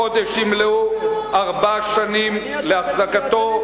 החודש ימלאו ארבע שנים להחזקתו,